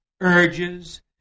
urges